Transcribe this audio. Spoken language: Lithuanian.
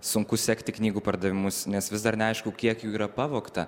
sunku sekti knygų pardavimus nes vis dar neaišku kiek jų yra pavogta